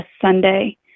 Sunday